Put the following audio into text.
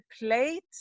plate